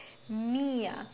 me ah